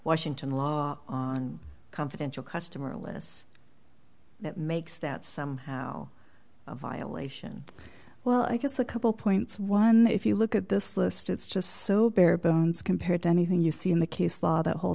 washington law on confidential customer lists that makes that somehow a violation well i guess a couple points one if you look at this list it's just so bare bones compared to anything you see in the case law that hol